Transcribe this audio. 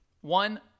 One